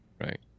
right